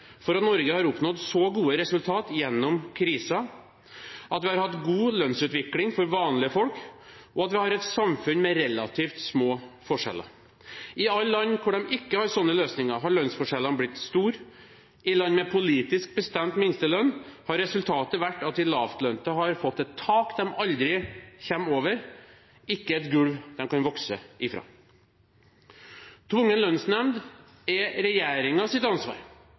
for at Norge har oppnådd så gode resultater gjennom kriser at vi har hatt god lønnsutvikling for vanlige folk, og at vi har et samfunn med relativt små forskjeller. I alle land hvor de ikke har sånne løsninger, har lønnsforskjellene blitt store. I land med politisk bestemt minstelønn har resultatet vært at de lavtlønte har fått et tak de aldri kommer over – ikke et gulv de kan vokse ifra. Tvungen lønnsnemnd er regjeringens ansvar